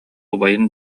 убайын